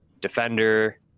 defender